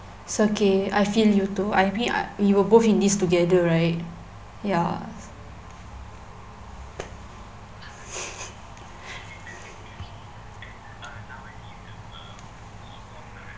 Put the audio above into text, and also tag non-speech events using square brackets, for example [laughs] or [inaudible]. it's okay I feel you too I mean I we were both in these together right ya [laughs]